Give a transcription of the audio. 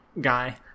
guy